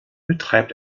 betreibt